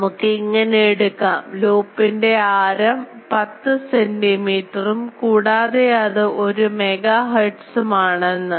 നമുക്ക് ഇങ്ങനെ എടുക്കാം ലൂപ്പിൻറെ ആരം 10 centimeter ഉം കൂടാതെ അത് 1 megahertz ഉം ആണെന്ന്